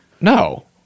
No